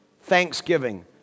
thanksgiving